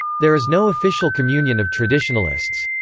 there is no official communion of traditionalists.